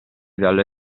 dalle